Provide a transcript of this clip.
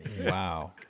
Wow